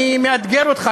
אני מאתגר אותך,